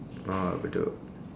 orh bedok